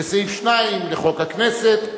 וסעיף 2 לחוק הכנסת,